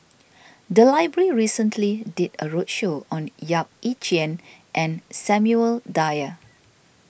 the library recently did a roadshow on Yap Ee Chian and Samuel Dyer